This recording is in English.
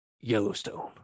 Yellowstone